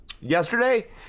yesterday